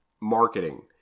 marketing